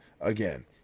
again